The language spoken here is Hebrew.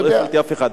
ולא ראיתי אף אחד.